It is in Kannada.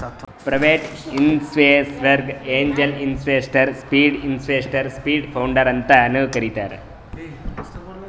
ಪ್ರೈವೇಟ್ ಇನ್ವೆಸ್ಟರ್ಗ angel investor, seed investor, seed funder ಅಂತಾನು ಕರಿತಾರ್